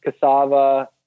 cassava